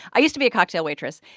i used to be a cocktail waitress.